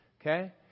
Okay